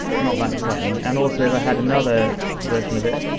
not that exciting. and also, if i had another version of it,